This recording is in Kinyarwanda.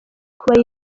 kuba